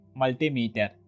multimeter